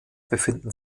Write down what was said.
befinden